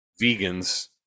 vegans